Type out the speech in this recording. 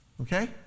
Okay